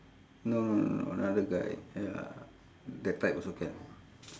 no no no another guy ya that type also can